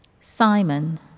Simon